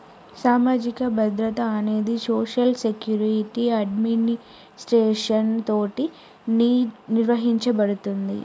సామాజిక భద్రత అనేది సోషల్ సెక్యురిటి అడ్మినిస్ట్రేషన్ తోటి నిర్వహించబడుతుంది